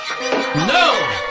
No